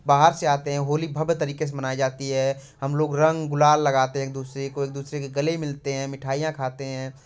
बाहर से आते है होली भव्य तरीके से मनाई जाती हैं हम लोग रंग गुलाल लगाते है एक दूसरे को एक दूसरे के गले मिलते हैं मिठाईयाँ खाते हैं